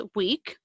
week